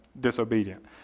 disobedient